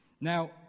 Now